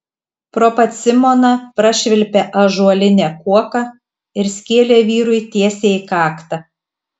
pro pat simoną prašvilpė ąžuolinė kuoka ir skėlė vyrui tiesiai į kaktą